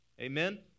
Amen